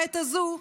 בעת הזו,